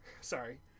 Sorry